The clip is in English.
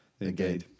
again